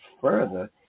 further